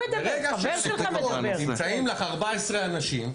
נמצאים לך 14 אנשים,